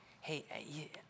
Hey